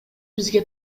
бизге